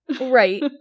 right